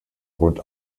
rund